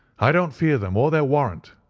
i don't fear them, or their warrant,